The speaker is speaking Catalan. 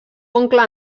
oncle